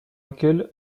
lequel